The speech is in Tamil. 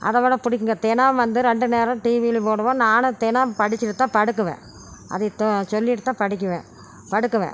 அதை விட பிடிக்குங்க தினம் வந்து ரெண்டு நேரம் டீவிலேயும் போடுவோம் நானும் தினம் படிச்சுட்டு தான் படுக்குவன் அத சொல்லிவிட்டு தான் படிக்குவன் படுக்குவன்